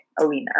Alina